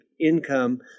income